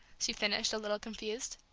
she finished, a little confused.